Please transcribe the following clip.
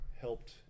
helped